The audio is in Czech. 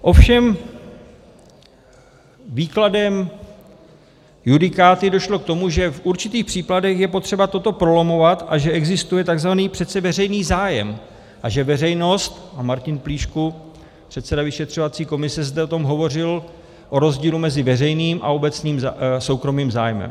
Ovšem výkladem, judikáty došlo k tomu, že v určitých případech je potřeba toto prolamovat a že existuje takzvaný přece veřejný zájem a že veřejnost a Martin Plíšek, předseda vyšetřovací komise, zde o tom hovořil, o rozdílu mezi veřejným a soukromým zájmem.